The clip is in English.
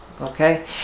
Okay